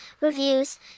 reviews